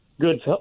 Good